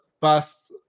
bus